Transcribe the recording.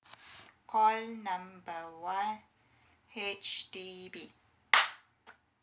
call number one H_D_B